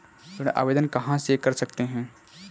ऋण आवेदन कहां से कर सकते हैं?